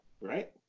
right